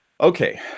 Okay